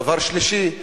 דבר שלישי,